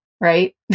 right